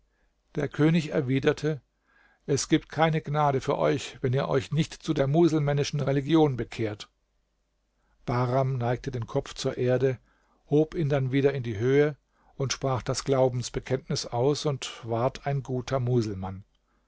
der könig erwiderte es gibt keine gnade für euch wenn ihr euch nicht zu der muselmännischen religion bekehrt bahram neigte den kopf zur erde hob ihn dann wieder in die höhe und sprach das glaubensbekenntnis aus und ward ein guter muselmann